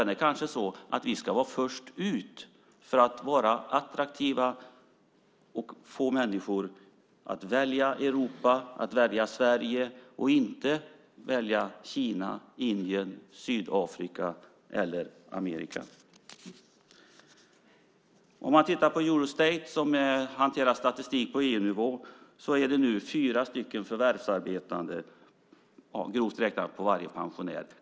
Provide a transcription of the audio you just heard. Det är kanske så att vi ska vara först ut för att vara attraktiva och få människor att välja Europa och Sverige och inte välja Kina, Indien, Sydafrika eller Amerika. Eurostat hanterar statistik på EU-nivå. Statistiken visar att det nu, grovt räknat, finns fyra förvärvsarbetande på varje pensionär.